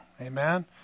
amen